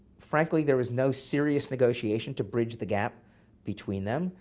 frankly, there was no serious negotiation to bridge the gap between them.